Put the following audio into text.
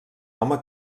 home